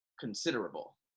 considerable